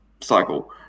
cycle